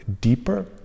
deeper